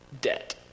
debt